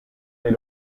est